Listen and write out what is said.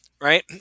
Right